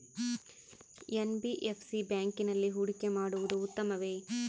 NBFC ಬ್ಯಾಂಕಿನಲ್ಲಿ ಹೂಡಿಕೆ ಮಾಡುವುದು ಉತ್ತಮವೆ?